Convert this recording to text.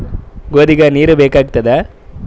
ಗೋಧಿಗ ನೀರ್ ಬೇಕಾಗತದ?